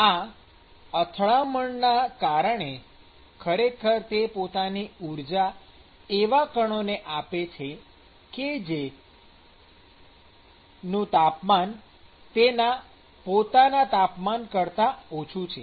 આ અથડામણના કારણે ખરેખર તે પોતાની ઊર્જા એવા કણોને આપે છે કે જેનું તાપમાન તેના પોતાના તાપમાન કરતાં ઓછું છે